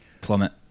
plummet